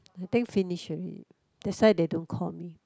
I think finish already that's why they don't call me